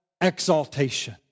exaltation